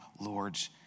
lords